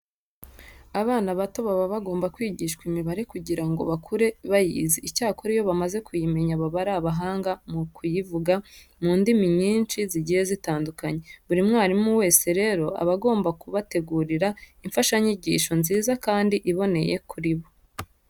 Abana bato baba bagomba kwigishwa imibare kugira ngo bakure bayizi. Icyakora iyo bamaze kuyimenya baba ari abahanga mu kuyivuga mu ndimi nyinshi zigiye zitandukanye. Buri mwarimu wese rero aba agomba kubategurira imfashanyigisho nziza kandi iboneye kuri bo.